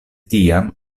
tiam